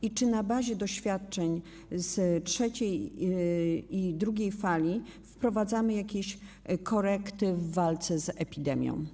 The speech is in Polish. I czy na bazie doświadczeń z trzeciej fali i drugiej fali wprowadzamy jakieś korekty w walce z epidemią?